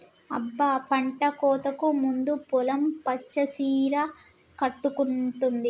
అబ్బ పంటకోతకు ముందు పొలం పచ్చ సీర కట్టుకున్నట్టుంది